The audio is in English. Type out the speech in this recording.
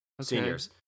seniors